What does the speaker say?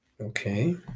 okay